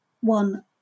one